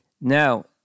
Now